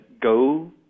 go